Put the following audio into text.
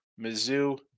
Mizzou